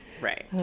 right